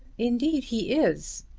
indeed he is,